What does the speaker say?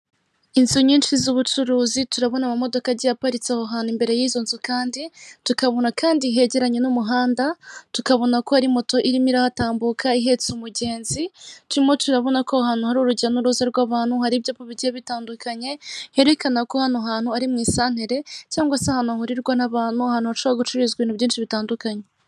Inzu nyinshi z'ubucuruzi turabona amamodoka agiye aparitse aho hantu imbere yizo nzu kandi tukabona kandi hegereye umuhanda, tukabona ko hari moto iriho iratambuka ihetse umugenzi, turimo turabona ko hari urujya n'uruza rw'abantu hari ibyapa bigiye bitandukanye herekana ko hano hantu ari mu isantire cyangwase ahantu hahurirwa n'abantu, ahantu hashobora gacururizwa ibintu bigiye bitandukanye.